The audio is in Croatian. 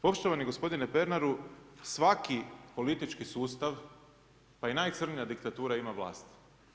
Poštovani gospodine Pernaru, svaki politički sustav, pa i najcrnja diktatura ima vlast.